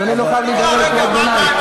אדוני לא חייב להיגרר לקריאות ביניים.